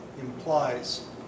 implies